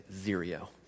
zero